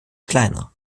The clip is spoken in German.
kleiner